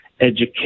education